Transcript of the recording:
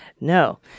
No